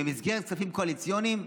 במסגרת כספים קואליציוניים,